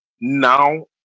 now